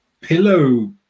pillow